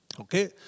Okay